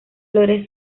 flores